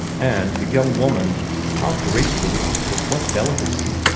and the young woman how gracefully, with what delicacy,